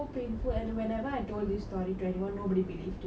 because I mean it looks like some movie கதை:kathai right